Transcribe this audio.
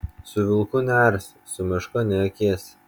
su vilku nearsi su meška neakėsi